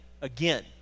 again